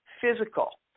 physical